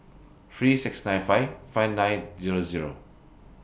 three six nine five five nine Zero Zero